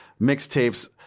mixtapes